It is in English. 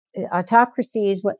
autocracies